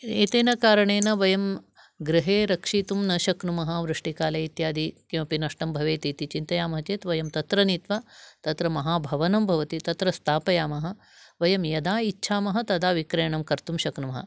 एतेन कारणेन वयं गृहे रक्षितुं न शक्नुमः वृष्टिकाले इत्यादि किमपि नष्टं भवेत् इति चिन्तयामः चेत् वयं तत्र नीत्वा तत्र महाभवनं भवति तत्र स्थापयामः वयं यदा इच्छामः तदा विक्रयणं कर्तुं शक्नुमः